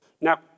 Now